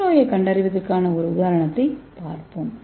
புற்றுநோயைக் கண்டறிவதற்கான ஒரு உதாரணத்தைப் பார்ப்போம்